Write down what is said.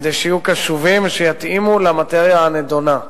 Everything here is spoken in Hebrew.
כדי שיהיו קשובים ויתאימו למאטריה הנדונה.